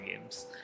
games